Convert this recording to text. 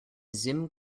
sim